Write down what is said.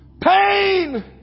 pain